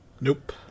Nope